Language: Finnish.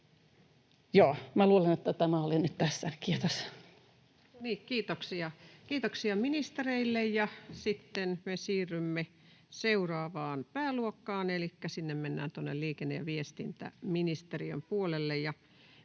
luulen, että tämä oli nyt tässä. — Kiitos. No niin, kiitoksia ministereille. — Ja sitten me siirrymme seuraavaan pääluokkaan, elikkä mennään tuonne liikenne- ja viestintäministeriön puolelle.